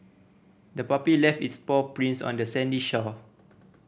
the puppy left its paw prints on the sandy shore